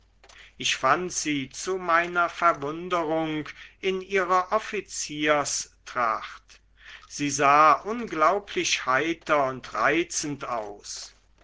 ich fand sie zu meiner verwunderung in ihrer offizierstracht sie sah unglaublich heiter und reizend aus